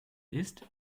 isst